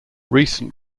recent